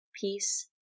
peace